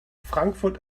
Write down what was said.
frankfurt